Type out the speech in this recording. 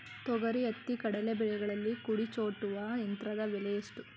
ತೊಗರಿ, ಹತ್ತಿ, ಕಡಲೆ ಬೆಳೆಗಳಲ್ಲಿ ಕುಡಿ ಚೂಟುವ ಯಂತ್ರದ ಬೆಲೆ ಎಷ್ಟು?